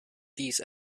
these